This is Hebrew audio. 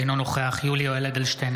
אינו נוכח יולי יואל אדלשטיין,